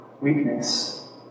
weakness